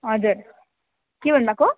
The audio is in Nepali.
हजुर के भन्नुभएको